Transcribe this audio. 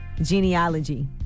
genealogy